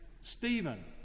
Stephen